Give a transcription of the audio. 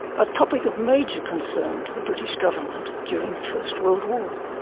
a topic of major concern to the british government during the first world war.